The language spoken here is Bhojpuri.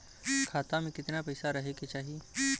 खाता में कितना पैसा रहे के चाही?